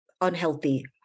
unhealthy